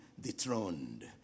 dethroned